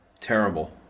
Terrible